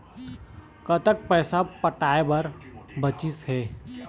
कतक पैसा पटाए बर बचीस हे?